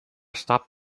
stop